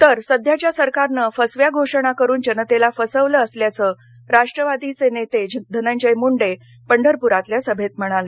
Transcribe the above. तर सध्याच्या सरकारनं फसव्या घोषणा करून जनतेला फसवलं असल्याचं राष्ट्रवादीचे नेते धनंजय मुंडे पंढरपरातल्या सभेत म्हणाले